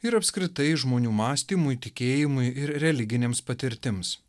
ir apskritai žmonių mąstymui tikėjimui ir religinėms patirtims